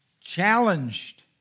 challenged